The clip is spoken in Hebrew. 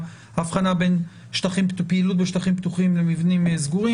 ההבחנה בין פעילות בשטחים לבין פעילות במבנים סגורים.